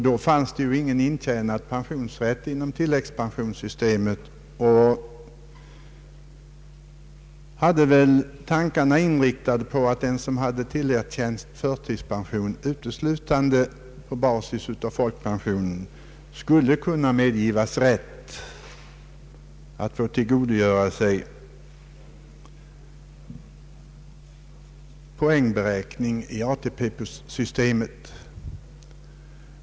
Då fanns det ingen intjänad pensionsrätt inom tilläggspensionssystemet, Då var väl tankarna inriktade på att den som hade intjänat förtidspension uteslutande på basis av folkpensionen skulle kunna medgivas rätt att tillgodogöra sig poängberäkning i ATP-systemet.